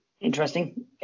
Interesting